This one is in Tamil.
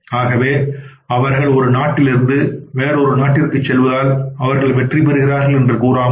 ஆகவே அவர்கள் ஒரு நாட்டிலிருந்து வேறொரு நாட்டிற்குச் செல்வதால் அவர்கள் வெற்றிபெறுகிறார்கள் என்று கூறாமல்